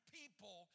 people